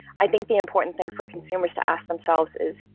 i think the important thing for consumers to ask themselves is,